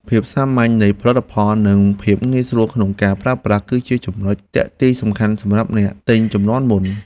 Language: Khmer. ភាពសាមញ្ញនៃផលិតផលនិងភាពងាយស្រួលក្នុងការប្រើប្រាស់ គឺជាចំណុចទាក់ទាញសំខាន់សម្រាប់អ្នកទិញជំនាន់មុន។